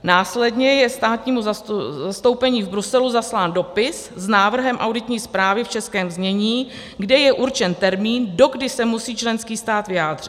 Následně je státnímu zastoupení v Bruselu zaslán dopis s návrhem auditní zprávy v českém znění, kde je určen termín, dokdy se musí členský stát vyjádřit.